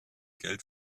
geld